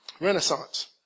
Renaissance